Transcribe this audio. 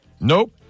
Nope